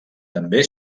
també